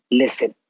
listen